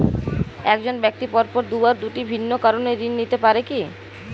এক জন ব্যক্তি পরপর দুবার দুটি ভিন্ন কারণে ঋণ নিতে পারে কী?